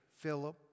Philip